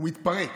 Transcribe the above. הוא מתפרק,